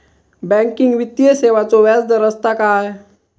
Banking वित्तीय सेवाचो व्याजदर असता काय?